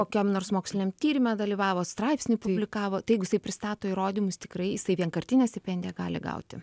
kokiam nors moksliniam tyrime dalyvavo straipsnį publikavo tai jeigu jisai pristato įrodymus tikrai jisai vienkartinę stipendiją gali gauti